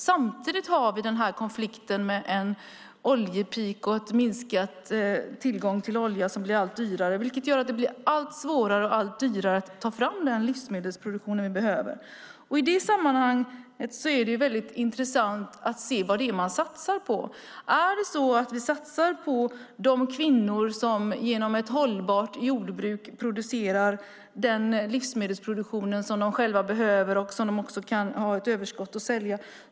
Samtidigt har vi konflikten med en oljepeak och minskad tillgång till olja som blir allt dyrare, vilket gör att det blir allt svårare och allt dyrare att ta fram den livsmedelsproduktion vi behöver. I det sammanhanget är det väldigt intressant att se vad det är man satsar på. Är det så att vi satsar på de kvinnor som genom ett hållbart jordbruk producerar de livsmedel som de själva behöver och också kan ha ett överskott att sälja?